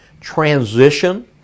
transition